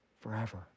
forever